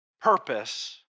purpose